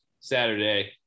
Saturday